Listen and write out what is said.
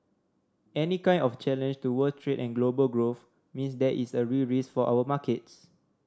any kind of challenge to world trade and global growth means there is a real risk for our markets